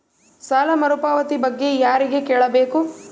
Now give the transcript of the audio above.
ಸಾಲ ಮರುಪಾವತಿ ಬಗ್ಗೆ ಯಾರಿಗೆ ಕೇಳಬೇಕು?